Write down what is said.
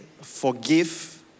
forgive